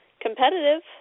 competitive